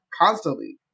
constantly